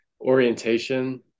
orientation